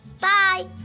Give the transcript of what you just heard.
Bye